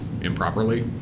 improperly